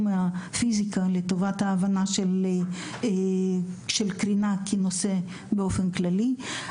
הפיזיקה לטובת ההבנה של קרינה כנושא באופן כללי.